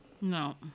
no